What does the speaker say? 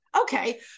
Okay